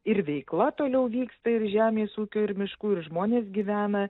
ir veikla toliau vyksta ir žemės ūkio ir miškų ir žmonės gyvena